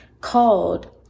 called